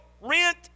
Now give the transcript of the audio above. rent